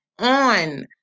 on